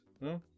No